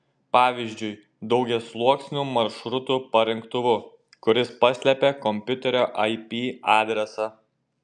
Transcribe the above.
pavyzdžiui daugiasluoksniu maršrutų parinktuvu kuris paslepia kompiuterio ip adresą